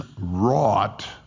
wrought